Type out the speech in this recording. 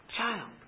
Child